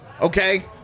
Okay